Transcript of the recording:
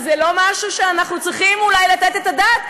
וזה לא משהו שאנחנו צריכים אולי לתת עליו את הדעת,